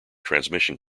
transmission